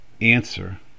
answer